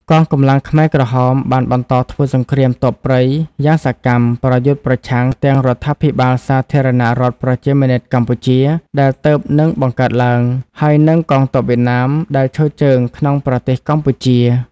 កងកម្លាំងខ្មែរក្រហមបានបន្តធ្វើសង្គ្រាមទ័ពព្រៃយ៉ាងសកម្ម ប្រយុទ្ធប្រឆាំងទាំងរដ្ឋាភិបាលសាធារណរដ្ឋប្រជាមានិតកម្ពុជា ដែលទើបនឹងបង្កើតឡើង ហើយនិងកងទ័ពវៀតណាមដែលឈរជើងក្នុងប្រទេសកម្ពុជា។